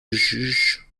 juge